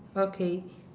okay